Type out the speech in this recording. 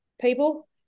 people